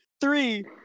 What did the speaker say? three